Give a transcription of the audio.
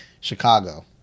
Chicago